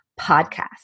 podcast